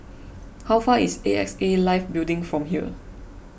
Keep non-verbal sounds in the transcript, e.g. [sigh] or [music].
[noise] how far is A X A Life Building from here